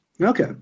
Okay